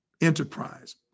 enterprise